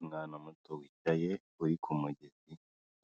Umwana muto wicaye uri ku mugezi